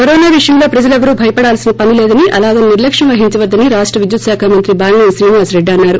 corona విషయంలో ప్రజలు ఎవ్వరూ భయపడాల్సిన పని లేదని అలాగని నిర్లక్కం వహించవద్దని రాష్ట విద్యుత్ శాఖ మంత్రి బాలినేని శ్రీనివాసరెడ్డి అన్సారు